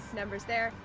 numbers there.